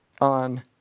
on